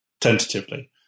tentatively